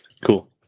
Cool